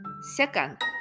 Second